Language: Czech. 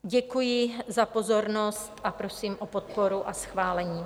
Děkuji za pozornost a prosím o podporu a schválení.